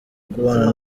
kubana